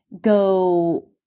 go